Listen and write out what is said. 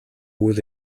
үйл